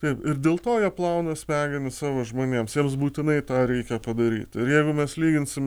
taip ir dėl to jie plauna smegenis savo žmonėms jiems būtinai tą reikia padaryt ir jeigu mes lyginsim